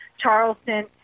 Charleston